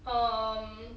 um